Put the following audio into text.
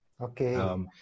Okay